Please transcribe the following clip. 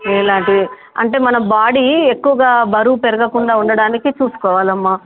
ఇలాంటివి అంటే మన బాడీ ఎక్కువగా బరువు పెరగకుండా ఉండడానికి చూసుకోవాలమ్మా